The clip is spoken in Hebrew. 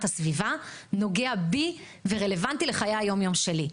הסביבה נוגע בי ורלוונטי לחיי היום-יום שלי.